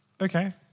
Okay